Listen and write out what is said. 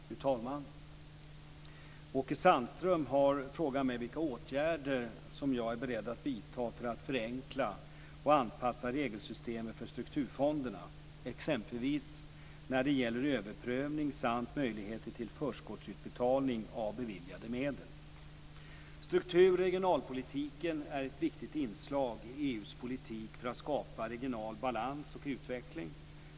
Fru talman! Åke Sandström har frågat mig vilka åtgärder jag är beredd att vidta för att förenkla och anpassa regelsystemet för strukturfonderna, exempelvis när det gäller överprövning samt möjligheter till förskottsutbetalning av beviljade medel. Struktur och regionalpolitiken är ett viktigt inslag i EU:s politik för att skapa regional balans och utveckling.